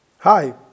Hi